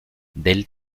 del